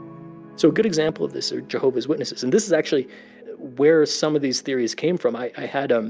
so a good example of this are jehovah's witnesses, and this is actually where some of these theories came from. i had um